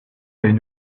une